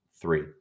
three